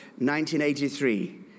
1983